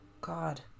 God